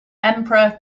emperor